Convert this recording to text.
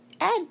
add